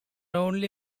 only